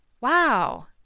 Wow